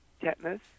tetanus